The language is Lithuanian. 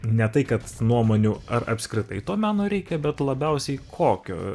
ne tai kad nuomonių ar apskritai to meno reikia bet labiausiai kokio